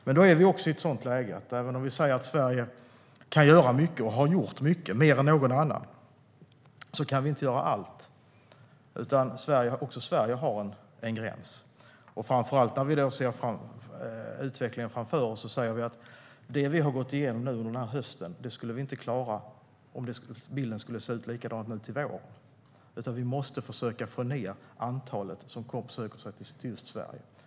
Men även om Sverige kan göra mycket och har gjort mycket, mer än någon annan, är vi i ett sådant läge att vi inte kan göra allt. Även Sverige har en gräns. När det gäller utvecklingen framför oss skulle vi inte klara av en likadan bild till våren. Vi måste försöka få ned antalet som söker sig till just Sverige.